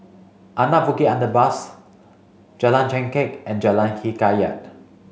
Anak Bukit Underpass Jalan Chengkek and Jalan Hikayat